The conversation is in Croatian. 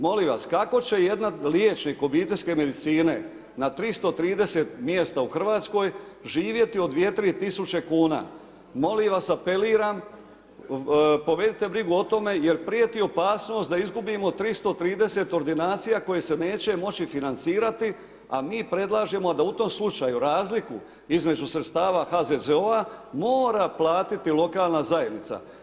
Molim vas, kako će jedan liječnik obiteljske medicine na 330 mjesta u Hrvatskoj živjeti od 2, 3000kn? molim vas, apeliram, povedite brigu o tome jer prijeti opasnost da izgubimo 330 ordinacija koje se neće moći financirati, a mi predlažemo da u tom slučaju razliku između sredstava HZZO-a mora platiti lokalna zajednica.